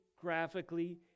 graphically